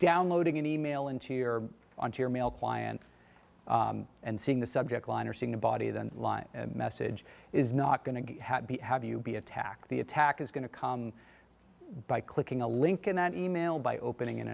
downloading an e mail into your onto your mail client and seeing the subject line or seeing a body then line message is not going to have you be attacked the attack is going to come by clicking a link in that e mail by opening an